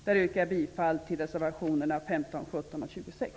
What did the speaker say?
Där yrkar jag bifall till reservationerna 15, 17 och 26.